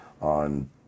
on